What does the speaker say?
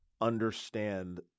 understand